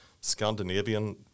Scandinavian